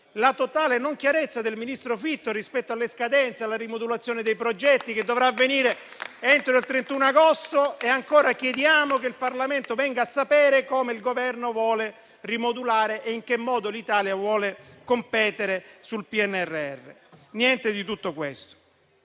la totale non chiarezza del ministro Fitto rispetto alle scadenze e alla rimodulazione dei progetti. Questa dovrà avvenire entro il 31 agosto e ancora chiediamo che il Parlamento venga a sapere come il Governo vuole rimodulare e in che modo l'Italia vuole competere sul PNRR: niente di tutto questo.